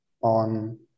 on